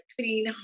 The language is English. clean